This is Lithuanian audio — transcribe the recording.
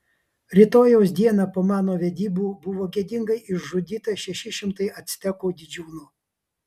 rytojaus dieną po mano vedybų buvo gėdingai išžudyta šeši šimtai actekų didžiūnų